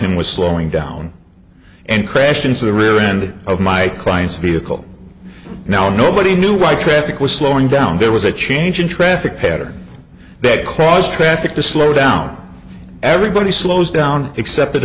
him was slowing down and crashed into the rear end of my client's vehicle now nobody knew why traffic was slowing down there was a change in traffic patterns that cause traffic to slow down everybody slows down except